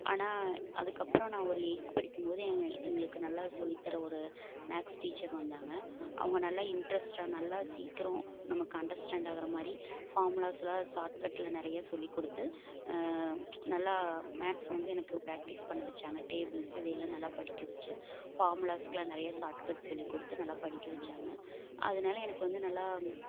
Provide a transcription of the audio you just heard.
ஆனால் அதுக்கப்புறம் நான் ஒரு எய்ட்த் படிக்கும்போது எங்களுக்கு நல்லா சொல்லி தர ஒரு மேக்ஸ் டீச்சர் வந்தாங்க அவங்க நல்லா இன்ட்ரெஸ்ட்டாக நல்லா சீக்கிரம் நமக்கு அண்டர்ஸ்டாண்ட் ஆகிற மாதிரி ஃபாமுலாஸெல்லாம் சார்ட் கட்டில் நிறைய சொல்லி கொடுத்து நல்லா மேக்ஸ் வந்து எனக்கு ப்ராக்ட்டிஸ் பண்ண வைச்சாங்க டேபிள்ஸ் இதை எல்லாம் நல்லா படிக்க வச்சு ஃபார்முலாஸ்கெல்லாம் நிறைய சார்ட் கட்ஸ் சொல்லி கொடுத்து நல்லா படிக்க வைச்சாங்க அதனால் எனக்கு வந்து நல்லா